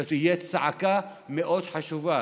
זאת תהיה צעקה מאוד חשובה.